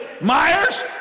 Myers